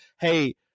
Hey